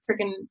freaking